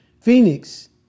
Phoenix